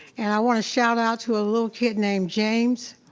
and i want to shout out to a little kid named james.